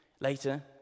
Later